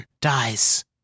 dies